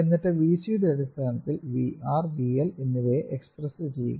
എന്നിട്ട് V C യുടെ അടിസ്ഥാനത്തിൽ VR VL എന്നിവയെ എക്സ്പ്രസ്സ് ചെയ്യുക